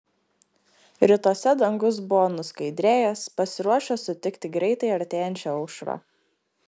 rytuose dangus buvo nuskaidrėjęs pasiruošęs sutikti greitai artėjančią aušrą